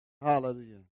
Hallelujah